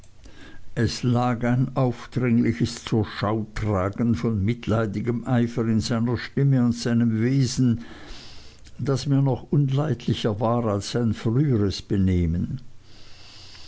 es lag ein aufdringliches zurschautragen von mitleidigem eifer in seiner stimme und seinem wesen das mir noch unleidlicher war als sein früheres benehmen